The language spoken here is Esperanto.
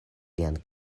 lian